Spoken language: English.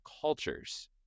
cultures